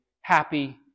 happy